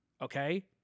okay